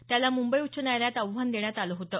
त्याला मुंबई उच्च न्यायालयात आव्हान देण्यात आलं होतं